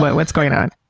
what's going on?